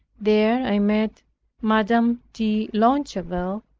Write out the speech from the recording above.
there i met madame de longueville,